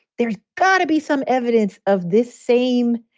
there's got to be some evidence of this same.